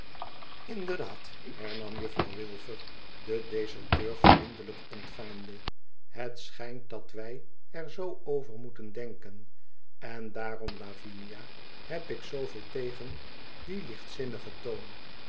inderdaad hernam jufou w wilfer de deserteur vriendelijk ontvangende het schijnt dat wij er zoo over moeten denken en daarom lavinia heb ik zooveel tegen dien lichtzinnigen toon